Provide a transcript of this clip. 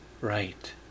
right